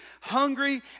hungry